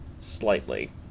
Slightly